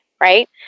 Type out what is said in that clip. Right